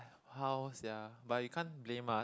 how sia but you can't blame mah